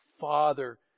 Father